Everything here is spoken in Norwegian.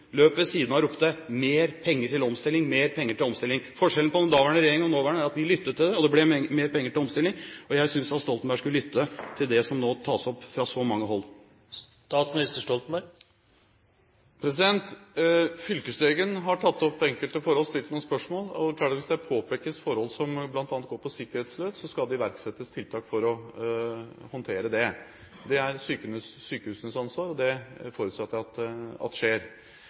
siden av og ropte: mer penger til omstilling, mer penger til omstilling. Forskjellen på den daværende regjering og den nåværende er at vi lyttet til det, og det ble mer penger til omstilling. Jeg synes at Stoltenberg skulle lytte til det som nå tas opp fra så mange hold. Fylkeslegen har tatt opp enkelte forhold og stilt noen spørsmål. Det er klart at hvis det påpekes forhold som bl.a. går på sikkerheten løs, skal det iverksettes tiltak for å håndtere det. Det er sykehusenes ansvar, og det forutsetter jeg at skjer.